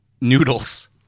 noodles